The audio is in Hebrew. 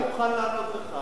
אני מוכן לענות לך.